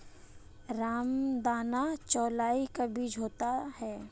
रामदाना चौलाई का बीज होता है